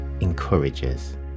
encourages